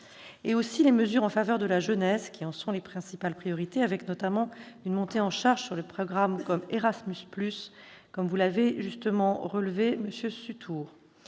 et les mesures en faveur de la jeunesse, qui en sont les principales priorités, avec, notamment, une montée en charge sur les programmes comme Erasmus+, ainsi que vous l'avez, à juste titre, relevé, monsieur